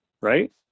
right